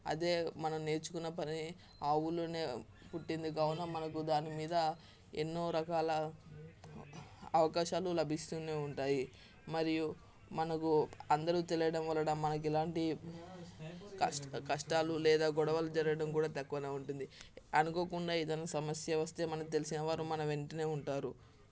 అదే మనం నేర్చుకున్న పని ఆ ఊరిలోనే పుట్టింది కావున మనకు దాని మీద ఎన్నో రకాల అవకాశాలు లభిస్తూనే ఉంటాయి మరియు మనకు అందరూ తెలియడం వలన మనకు ఇలాంటి కష్టా కష్టాలు లేదా గొడవలు జరగడం కూడా తక్కువనే ఉంటుంది అనుకోకుండా ఏదైనా సమస్య వస్తే మనకు తెలిసినవారు మన వెంటనే ఉంటారు